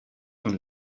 and